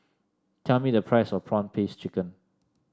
tell me the price of prawn paste chicken